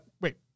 Wait